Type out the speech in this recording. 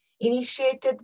initiated